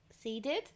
seeded